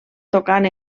tocant